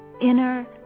Inner